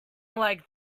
like